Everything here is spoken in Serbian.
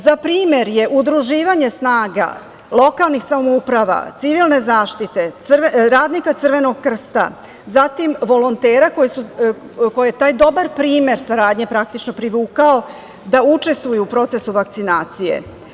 Za primer je udruživanje snaga lokalnih samouprava, civilne zaštite, radnika Crvenog krsta, volontera koje je taj dobar primer saradnje praktično privukao da učestvuju u procesu vakcinacije.